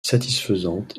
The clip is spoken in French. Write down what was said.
satisfaisante